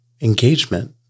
engagement